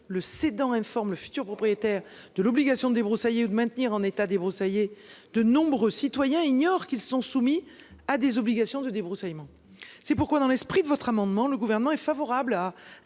le cédant informe le futur propriétaire de l'obligation de débroussailler ou de maintenir en état débroussaillé le terrain concerné, de nombreux citoyens ignorent qu'ils sont soumis à de telles obligations. C'est pourquoi, dans l'esprit de votre amendement, le Gouvernement est favorable à